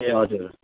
ए हजुर